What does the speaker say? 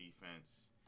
defense